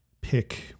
pick